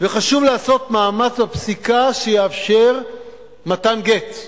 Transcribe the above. וחשוב לעשות מאמץ בפסיקה שיאפשר מתן גט.